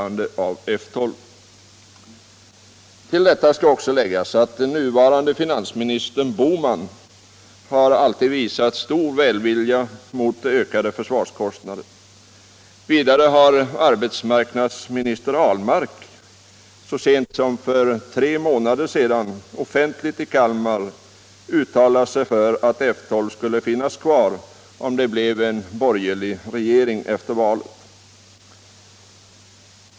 flygflottilj Till detta skall läggas att den nuvarande finansministern Bohman alltid har visat stor välvilja mot ökade försvarskostnader. Vidare har arbetsmarknadsminister Ahlmark så sent som för tre månader sedan offentligt i Kalmar uttalat sig för att F 12 skulle finnas kvar, om det blev en borgerlig regering efter valet.